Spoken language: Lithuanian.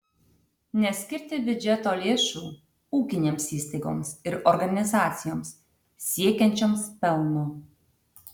neskirti biudžeto lėšų ūkinėms įstaigoms ir organizacijoms siekiančioms pelno